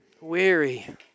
Weary